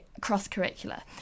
cross-curricular